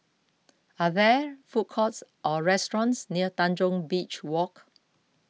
are there food courts or restaurants near Tanjong Beach Walk